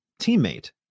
teammate